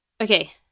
Okay